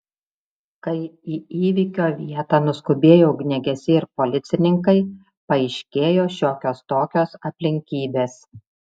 kai į įvykio vietą nuskubėjo ugniagesiai ir policininkai paaiškėjo šiokios tokios aplinkybės